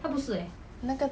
那个